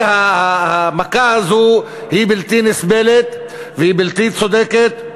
המכה הזאת היא בלתי נסבלת, והיא בלתי צודקת,